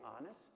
honest